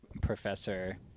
professor